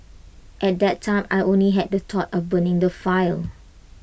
at that time I only had the thought of burning the file